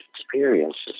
experiences